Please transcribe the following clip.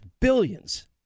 billions